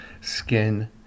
skin